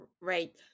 Right